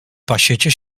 pasiecie